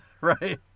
right